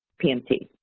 pmt.